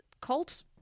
cult